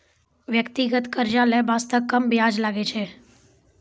व्यक्तिगत कर्जा लै बासते कम बियाज लागै छै